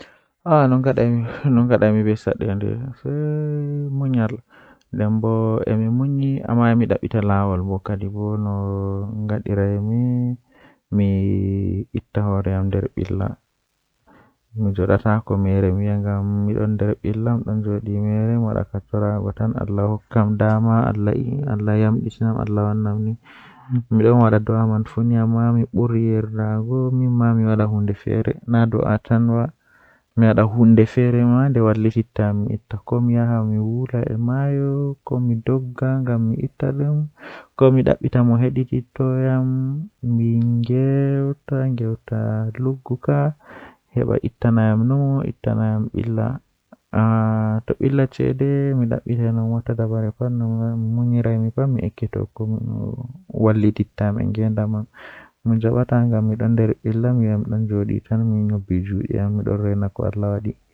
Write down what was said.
Hunde jei ko buri wonnugo duniyaaru jotta kokuma ko buri lalatugo duniyaaru kanjum woni habre hakkunde himbe malla hakkunde lesdi be lesdi maadum haala ceede malla haala siyasa malla haala dinna malla haala ndemngal.